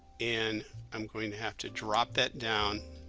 and i'm going to have to drop that down